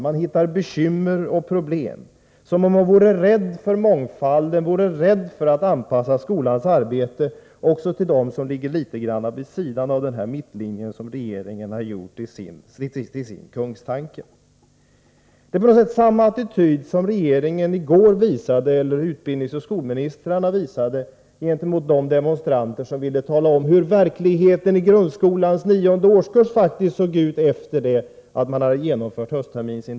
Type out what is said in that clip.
Man hittar bekymmer och problem som om man vore rädd för mångfalden och för att anpassa skolans arbete också till dem som ligger litet vid sidan av den mittlinje som regeringen har gjort till sin kungstanke. Det är något av samma attityd som utbildningsoch skolministrarna i går visade gentemot de demonstranter som ville tala om hur verkligheten i grundskolans årskurs 9 faktiskt såg ut efter det att man genomfört intagningen till gymnasieskolan på höstterminens betyg.